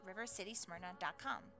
rivercitysmyrna.com